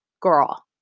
girl